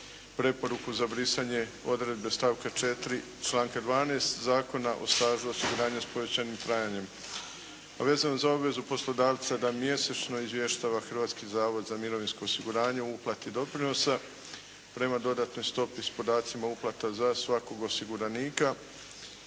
preporuku za brisanje odredbe stavka 4. članka 12. Zakona o stažu osiguranja sa pojačanim trajanjem. Već sam za obvezu poslodavca da mjesečno izvještava Hrvatski zavod za mirovinsko osiguranje uplati doprinosa prema dodatnoj stopi sa podacima uplate za svakog osiguranika.